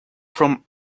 from